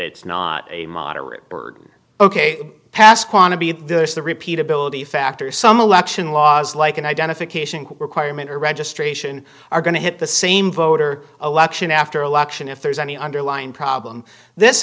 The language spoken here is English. it's not a moderate bird ok pasch want to be there's the repeatability factor some election laws like an identification requirement or registration are going to hit the same voter election after election if there's any underlying problem this